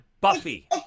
Buffy